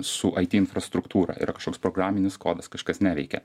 su it infrastruktūra yra kažkoks programinis kodas kažkas neveikia